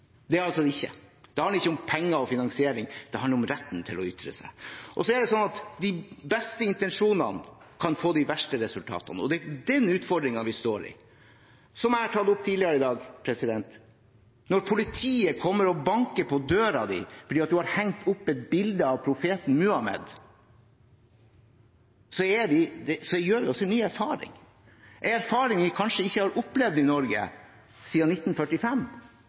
Det gjør den altså ikke. Dette handler ikke om penger og finansiering – det handler om retten til å ytre seg. De beste intensjonene kan få de verste resultatene. Det et den utfordringen vi nå står overfor – som jeg tok opp tidligere i dag. Når politiet kommer og banker på døren fordi man har hengt opp et bilde av profeten Muhammed, gjør man seg jo en erfaring – en erfaring vi kanskje ikke har opplevd i Norge siden 1945.